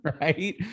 Right